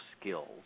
skills